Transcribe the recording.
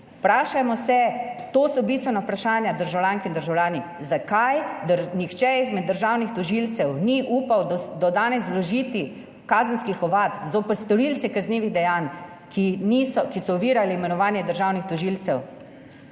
Vprašajmo se, to so bistvena vprašanja, državljanke in državljani, zakaj nihče izmed državnih tožilcev ni upal do danes vložiti kazenskih ovadb zoper storilce kaznivih dejanj, ki so ovirali imenovanje državnih tožilcev.